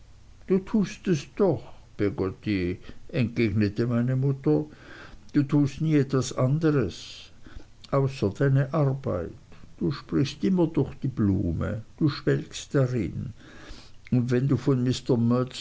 du tust es doch peggotty entgegnete meine mutter du tust nie etwas anderes außer deine arbeit du sprichst immer durch die blume du schwelgst darin und wenn du von